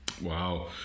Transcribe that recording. Wow